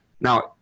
Now